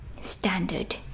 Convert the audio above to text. standard